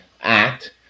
act